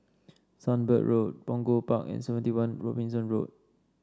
Sunbird Road Punggol Park and Seventy One Robinson Road